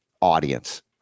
audience